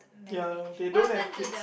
ya they don't have kids